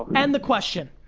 and the question.